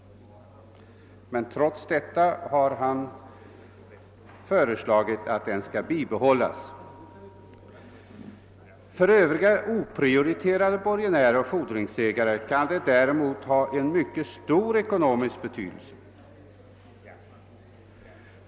Men trots detta har han föreslagit att den skall bibehållas. För övriga fordringsägare kan den däremot ha stor ekonomisk betydelse.